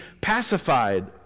pacified